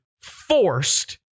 forced